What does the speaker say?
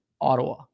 Ottawa